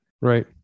right